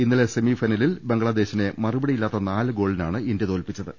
ഇന്നലെ സെമിഫൈനലിൽ ബംഗ്ലാദേശിനെ മറുപടിയില്ലാത്ത നാല് ഗോളിനാണ് ഇന്ത്യു തോൽപ്പിച്ചത്